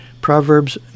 Proverbs